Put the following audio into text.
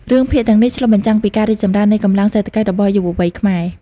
រឿងភាគទាំងនេះ ឆ្លុះបញ្ចាំងពីការរីកចម្រើននៃកម្លាំងសេដ្ឋកិច្ចរបស់យុវវ័យខ្មែរ។